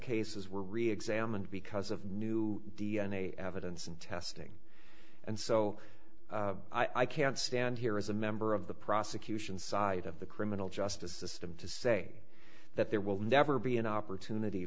cases were reexamined because of new d n a evidence and testing and so i can't stand here as a member of the prosecution side of the criminal justice system to say that there will never be an opportunity